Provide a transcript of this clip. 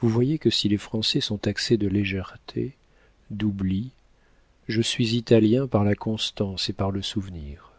vous voyez que si les français sont taxés de légèreté d'oubli je suis italien par la constance et par le souvenir